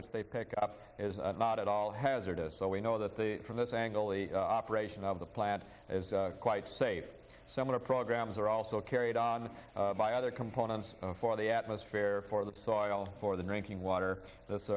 which they pick up as not at all hazardous but we know that they from that angle the operation of the plant is quite safe some of the programs are also carried on by other components for the atmosphere for the soil for the drinking water that's